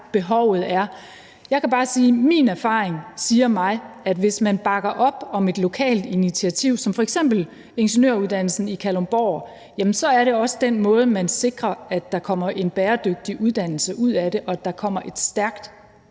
behovet er. Jeg kan bare sige, at min erfaring siger mig, at hvis man bakker op om et lokalt initiativ som f.eks. ingeniøruddannelsen i Kalundborg, så er det også den måde, man sikrer, at der kommer en bæredygtig uddannelse ud af det, og at der kommer et stærkt